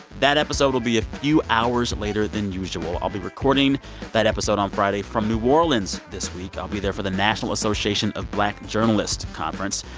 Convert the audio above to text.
that episode will be a few hours later than usual. i'll be recording that episode on friday from new orleans this week. i'll be there for the national association of black journalists conference.